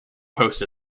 post